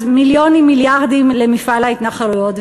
אז מיליונים מיליארדים למפעל ההתנחלויות.